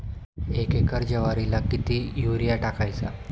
एक एकर ज्वारीला किती युरिया टाकायचा?